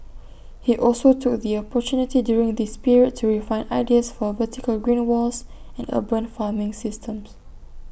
he also took the opportunity during this period to refine ideas for vertical green walls and urban farming systems